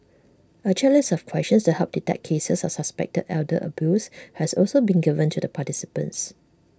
A checklist of questions to help detect cases of suspected elder abuse has also been given to the participants